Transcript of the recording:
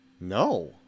No